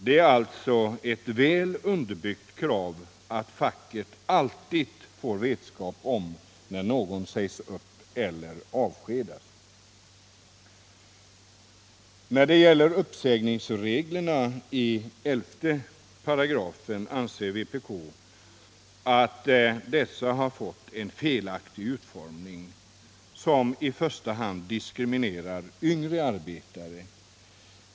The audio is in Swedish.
Det är alltså ett väl underbyggt krav att facket alltid får vetskap om när någon sägs upp eller avskedas. När det gäller uppsägningsreglerna i 11 § anser vpk att dessa fått en felaktig utformning, som i första hand diskriminerar yngre arbetare.